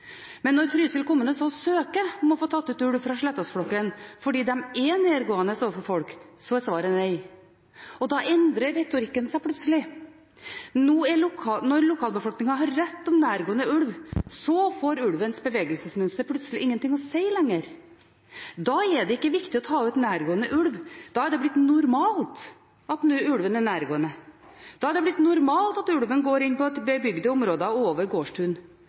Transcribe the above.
Men når Trysil kommune søker om å få ta ut ulv fra Slettås-flokken fordi de er nærgående overfor folk, så er svaret nei. Da endrer retorikken seg plutselig. Når lokalbefolkningen har rett om nærgående ulv, så får ulvens bevegelsesmønster plutselig ingenting å si lenger. Da er det ikke viktig å ta ut nærgående ulv. Da er det blitt normalt at ulven er nærgående. Da er det blitt normalt at ulven går inn på bebygde områder og over gårdstun.